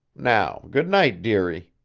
now good night, dearie.